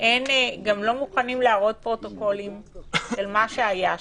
גם לא מוכנים להראות פרוטוקולים של מה שהיה שם.